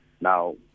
Now